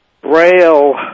Braille